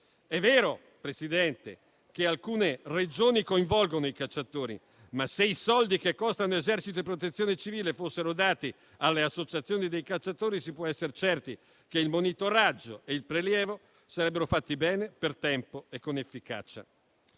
signor Presidente, che alcune Regioni coinvolgono i cacciatori, ma se i soldi che costano Esercito e Protezione civile fossero dati alle associazioni dei cacciatori, si potrebbe essere certi che il monitoraggio e il prelievo sarebbero fatti bene, per tempo e con efficacia.